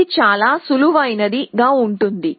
ఇది చాలా సులువైనది గా ఉంటుంది